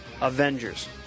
Avengers